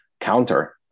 counter